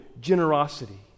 generosity